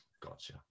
Gotcha